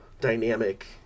dynamic